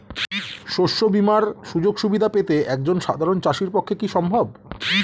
শস্য বীমার সুযোগ সুবিধা পেতে একজন সাধারন চাষির পক্ষে কি সম্ভব?